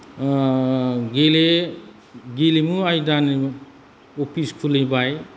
गेले गेलेमु आयदानि अफिस खुलिबाय